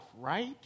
right